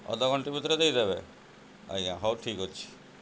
ଅଧଘଣ୍ଟେ ଭିତରେ ଦେଇଦେବେ ଆଜ୍ଞା ହଉ ଠିକ୍ ଅଛି